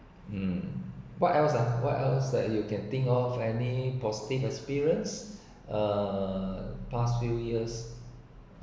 um what else ah what else that you can think of any positive experience uh past few years